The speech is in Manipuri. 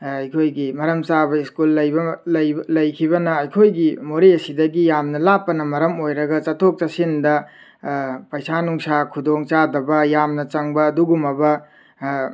ꯑꯩꯈꯣꯏꯒꯤ ꯃꯔꯝ ꯆꯥꯕ ꯁ꯭ꯀꯨꯜ ꯂꯩꯈꯤꯕꯅ ꯑꯩꯈꯣꯏꯒꯤ ꯃꯣꯔꯦꯁꯤꯗꯒꯤ ꯌꯥꯝꯅ ꯂꯥꯞꯄꯅ ꯃꯔꯝ ꯑꯣꯏꯔꯒ ꯆꯠꯊꯣꯛ ꯆꯠꯁꯤꯟꯗ ꯄꯩꯁꯥ ꯅꯨꯡꯁꯥ ꯈꯨꯗꯣꯡ ꯆꯥꯗꯕ ꯌꯥꯝꯅ ꯆꯪꯕ ꯑꯗꯨꯒꯨꯝꯂꯕ